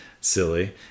silly